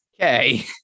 Okay